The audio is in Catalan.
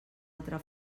altra